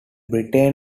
britain